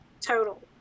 total